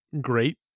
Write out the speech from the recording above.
great